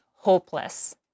hopeless